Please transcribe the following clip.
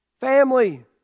family